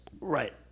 Right